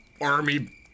army